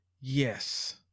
Yes